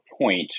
point